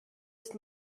ist